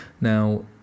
Now